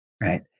Right